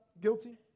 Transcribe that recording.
guilty